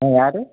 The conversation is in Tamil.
ஆ யார்